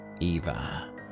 Eva